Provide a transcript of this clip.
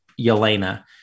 Yelena